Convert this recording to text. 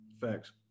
Facts